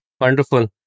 Wonderful